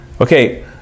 Okay